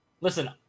Listen